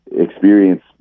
experience